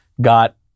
got